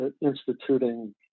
instituting